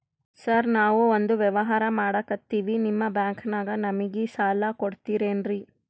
Sir ನಾವು ಒಂದು ವ್ಯವಹಾರ ಮಾಡಕ್ತಿವಿ ನಿಮ್ಮ ಬ್ಯಾಂಕನಾಗ ನಮಿಗೆ ಸಾಲ ಕೊಡ್ತಿರೇನ್ರಿ?